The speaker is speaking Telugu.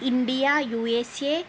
India USA